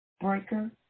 Breaker